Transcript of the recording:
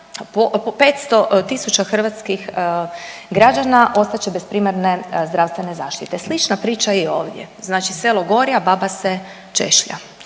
500 tisuća hrvatskih građana ostat će bez primarne zdravstvene zaštite. Slična priča je i ovdje, znači „selo gori, a papa se češlja“.